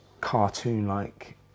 cartoon-like